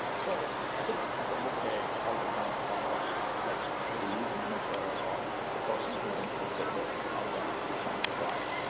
so i think at the end of the day, it all becomes part of like the release manager or the person who owns the service, how they're actually trying to drive.